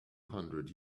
hundred